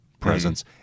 presence